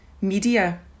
media